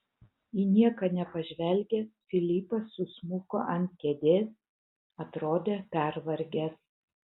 į nieką nepažvelgęs filipas susmuko ant kėdės atrodė pervargęs